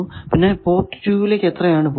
പിന്നെ പോർട്ട് 2 ലേക്ക് എത്രയാണ് പോകുന്നത്